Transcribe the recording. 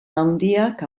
handiak